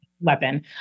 weapon